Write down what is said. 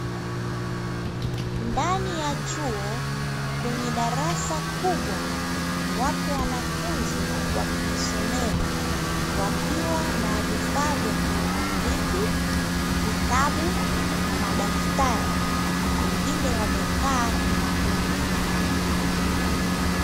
Ndani ya chuo kwenye darasa kubwa wapo wanafunzi wa kijisomea, wakiwa na vifaa vya kieletroniki, vitabu na madaftari wengine wamekaa kimakundi.